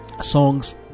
songs